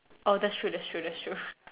oh that's true that's true that's true